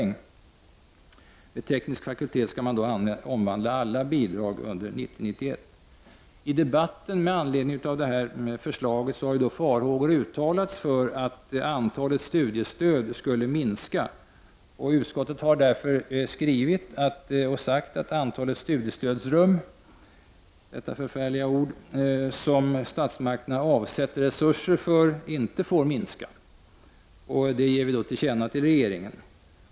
När det gäller teknisk fakultet skall alla bidrag omvandlas under 1990/91. I den debatt som förts med anledning av det här förslaget har farhågor uttalats för att antalet studiestöd skulle minska. Utskottet skriver därför att antalet studiestödsrum, till vilka statsmakterna avsätter resurser, inte får minska. Detta ger vi regeringen till känna.